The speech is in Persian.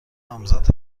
نامزد